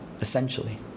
essentially